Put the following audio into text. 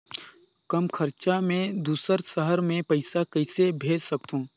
कम खरचा मे दुसर शहर मे पईसा कइसे भेज सकथव?